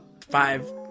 five